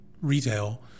retail